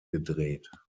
gedreht